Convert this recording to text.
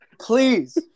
Please